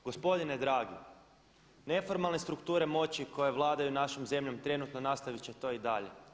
Gospodine dragi neformalne strukture moći koje vladaju našom zemljom trenutno nastavit će to i dalje.